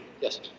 Yes